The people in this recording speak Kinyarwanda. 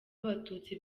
abatutsi